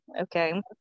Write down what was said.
okay